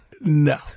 No